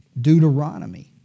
Deuteronomy